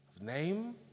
name